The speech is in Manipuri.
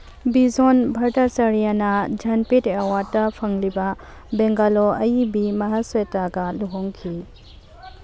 ꯚꯤꯖꯣꯟ ꯚꯠꯇꯆꯥꯔꯤꯌꯥꯅ ꯖꯟꯄꯤꯠ ꯑꯦꯋꯥꯔꯠꯇ ꯐꯪꯂꯤꯕ ꯕꯦꯡꯒꯥꯂꯣ ꯑꯌꯤꯕꯤ ꯃꯍꯥꯁ꯭ꯋꯦꯇꯥꯒ ꯂꯨꯍꯣꯡꯈꯤ